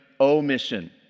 omission